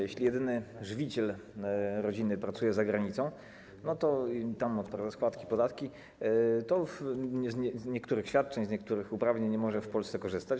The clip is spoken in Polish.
Jeśli jedyny żywiciel rodziny pracuje za granicą i tam odprowadza składki, podatki, to z niektórych świadczeń, niektórych uprawnień nie może w Polsce korzystać.